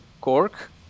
cork